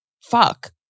fuck